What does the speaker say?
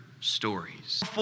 stories